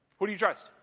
who do you trust?